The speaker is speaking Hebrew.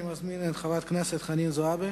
אני מזמין את חברת הכנסת חנין זועבי.